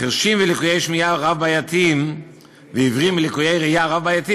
חירשים ולקויי שמיעה רב-בעייתיים ועיוורים ולקויי ראייה רב-בעייתיים